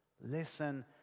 Listen